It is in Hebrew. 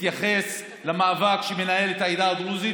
מתייחס למאבק שמנהלים העדה הדרוזית